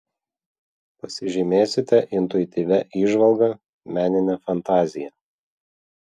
pasižymėsite intuityvia įžvalga menine fantazija